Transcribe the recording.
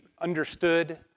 understood